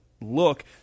look